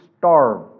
starve